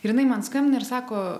ir jinai man skambina ir sako